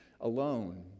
alone